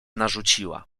narzuciła